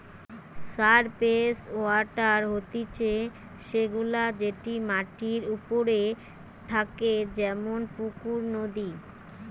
surface water হতিছে সে গুলা যেটি মাটির ওপরে থাকে যেমন পুকুর, নদী